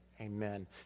Amen